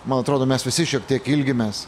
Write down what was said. man atrodo mes visi šiek tiek ilgimės